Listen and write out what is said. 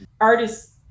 Artists